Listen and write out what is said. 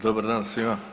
Dobar dan svima.